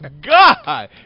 God